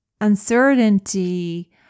uncertainty